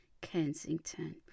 Kensington